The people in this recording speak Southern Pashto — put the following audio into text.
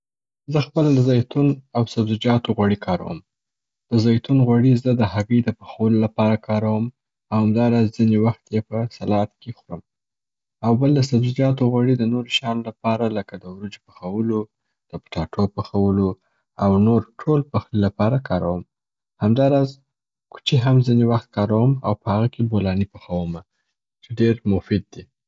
زه خپله د زیتون او سبزیجاتو غوړي کاروم. د زیتون غوړي زه د هګۍ د پخولو لپاره کاروم او همدا راز ځیني وخت یې په سلاد کي خورم. او بل د سبزیجاتو غوړي د نورو شیانو لپاره لکه د ورجو پخولو، د پټاټو پخولو او نور ټول پخلي لپاره کاروم. همدا راز کوچي هم ځیني وخت کاروم او په هغه کي بولاني پخوم چې ډېر موفید دي.